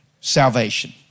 salvation